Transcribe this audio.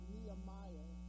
Nehemiah